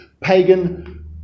pagan